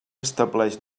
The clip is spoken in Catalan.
estableix